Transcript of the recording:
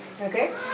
okay